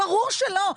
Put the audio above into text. ברור שלא.